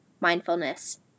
mindfulness